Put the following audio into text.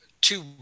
Two